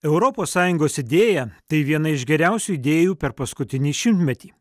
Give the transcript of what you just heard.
europos sąjungos idėja tai viena iš geriausių idėjų per paskutinį šimtmetį